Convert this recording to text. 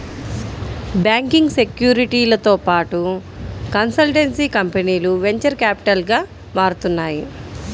banking, సెక్యూరిటీలతో పాటు consultancy కంపెనీలు వెంచర్ క్యాపిటల్గా మారుతున్నాయి